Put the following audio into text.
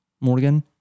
morgan